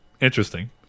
Interesting